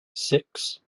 six